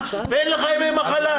ואין לך ימי מחלה,